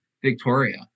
Victoria